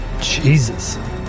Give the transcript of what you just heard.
Jesus